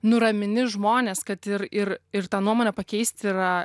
nuramini žmones kad ir ir ir tą nuomonę pakeisti yra